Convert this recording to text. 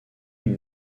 une